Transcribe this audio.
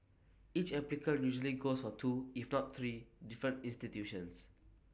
each applicant usually goes for two if not three different institutions